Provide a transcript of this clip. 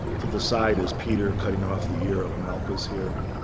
to the side is peter, cutting off the ear of malchus here,